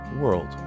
World